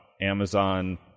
Amazon